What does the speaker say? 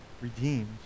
redeemed